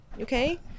okay